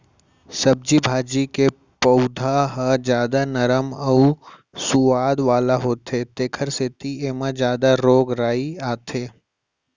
सब्जी भाजी के पउधा ह जादा नरम अउ सुवाद वाला होथे तेखर सेती एमा जादा रोग राई आथे